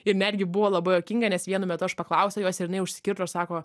ir netgi buvo labai juokinga nes vienu metu aš paklausiau jos ir jinai užsikirto ir sako